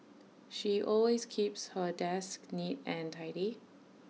she always keeps her desk neat and tidy